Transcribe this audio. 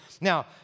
Now